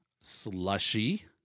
slushy